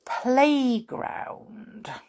playground